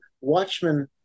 Watchmen